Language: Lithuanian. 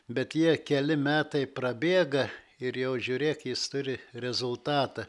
bet tie keli metai prabėga ir jau žiūrėk jis turi rezultatą